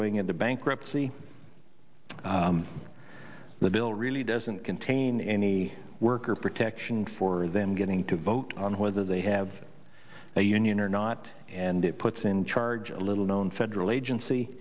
going into bankruptcy the bill really doesn't contain any worker protection for them getting to vote on whether they have a union or not and it puts in charge a little known federal agency